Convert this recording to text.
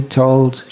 told